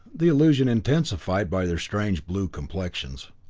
the illusion intensified by their strangely blue complexions.